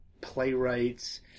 playwrights